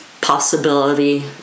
possibility